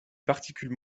particules